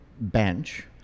bench